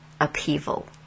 upheaval